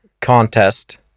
contest